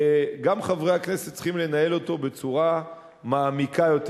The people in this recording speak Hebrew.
גם חברי הכנסת צריכים לנהל אותו בצורה מעמיקה יותר.